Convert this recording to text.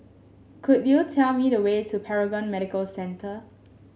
could you tell me the way to Paragon Medical Centre